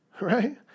right